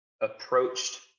approached